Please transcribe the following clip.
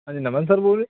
ਹਾਂਜੀ ਨਮਨ ਸਰ ਬੋਲ ਰਹੇ